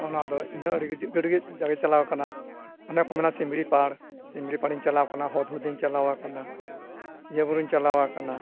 ᱚᱱᱟᱫᱚ ᱤᱧᱟᱹᱜ ᱡᱟᱜᱮ ᱪᱟᱞᱟᱣ ᱟᱠᱟᱱᱟ ᱚᱱᱮ ᱠᱚ ᱢᱮᱱᱟ ᱥᱤᱢᱞᱤᱯᱟᱞ ᱥᱤᱢᱞᱤᱯᱟᱞᱤᱧ ᱪᱟᱞᱟᱣ ᱟᱠᱟᱱᱟ ᱦᱳᱫ ᱦᱩᱫᱤᱧ ᱪᱟᱞᱟᱣ ᱟᱠᱟᱱᱟ ᱵᱩᱨᱩᱧ ᱪᱟᱞᱟᱣ ᱟᱠᱟᱱᱟ